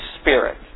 Spirit